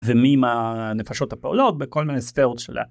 ומי מהנפשות הפעולות בכל מיני ספרות של ה...